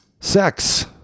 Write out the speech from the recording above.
sex